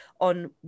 on